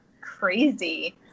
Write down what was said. crazy